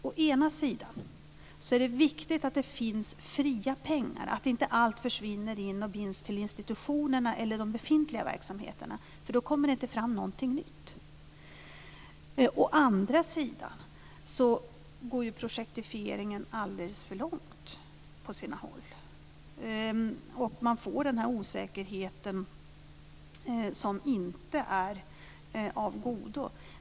Å ena sidan är det viktigt att det finns fria pengar, att inte allt binds till institutionerna eller de befintliga verksamheterna, för då kommer det inte fram någonting nytt. Å andra sidan går "projektifieringen" på sina håll alldeles för långt, och man får en osäkerhet som inte är av godo.